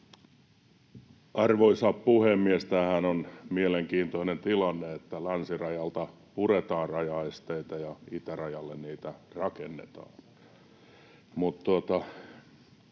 Arvoisa puhemies! Tämähän on mielenkiintoinen tilanne, että länsirajalta puretaan rajaesteitä ja itärajalle niitä rakennetaan.